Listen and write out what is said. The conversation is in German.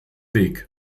weg